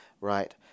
right